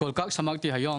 היום